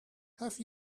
have